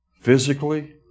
physically